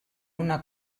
una